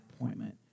appointment